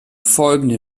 folgenden